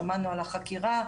שמענו על החקירה,